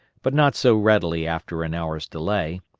but not so readily after an hour's delay,